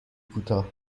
کوتاه